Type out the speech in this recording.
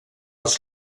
als